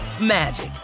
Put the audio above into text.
magic